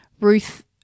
Ruth